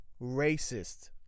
racist